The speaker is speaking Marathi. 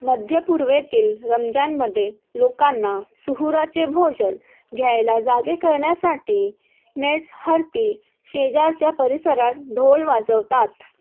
मध्यपूर्वेतील रमजानमध्ये लोकांना सुहूराचे भोजन घ्यायला जागे करण्यासाठी मेसहरती शेजारच्या परिसरात ढोल वाजवतात